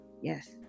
Yes